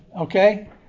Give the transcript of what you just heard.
Okay